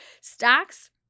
Stacks